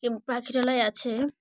পাখিরালয় আছে